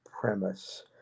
premise